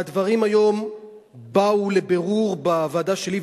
והדברים באו לבירור היום בבוקר בוועדה שלי,